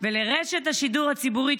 לרשות השידור הציבורית,